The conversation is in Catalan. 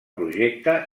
projecte